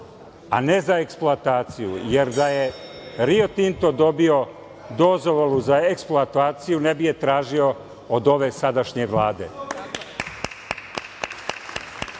a ne za eksploataciju, jer da je Rio Tinto dobio dozvolu za eksploataciju ne bi je tražio od ove sadašnje Vlade. Osim